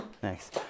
Thanks